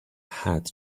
hat